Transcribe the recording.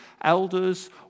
elders